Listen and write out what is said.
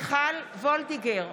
מיכל וולדיגר,